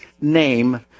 name